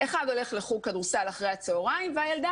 אחד הולך לחוג כדורסל אחרי הצוהריים והילדה